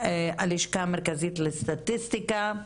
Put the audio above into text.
הלשכה המרכזית לסטטיסטיקה,